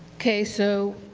okay. so,